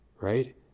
right